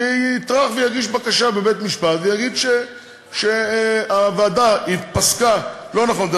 שיטרח ויגיש בקשה בבית-משפט ויגיד שהוועדה פסקה לא נכון.